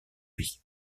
lui